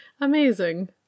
amazing